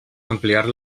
ampliar